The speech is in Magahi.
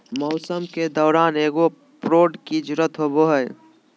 मौसम के दौरान एगो प्रोड की जरुरत होबो हइ